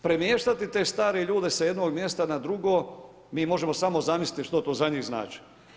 Premještati te stare ljude s jednog mjesta na drugo, mi možemo samo zamisliti što to za njih znači.